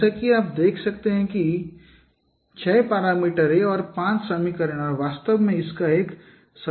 जैसा कि आप देख सकते हैं कि छह पैरामीटर हैं और पांच समीकरण हैं और वास्तव में इसका एक सजातीय समीकरण है